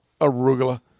Arugula